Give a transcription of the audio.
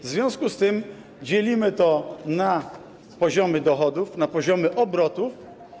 W związku z tym dzielimy to na poziomy dochodów, na poziomy obrotów.